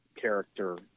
character